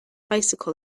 bicycle